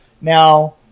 Now*